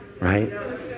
Right